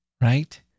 right